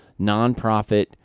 nonprofit